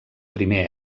primer